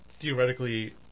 theoretically